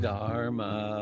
Dharma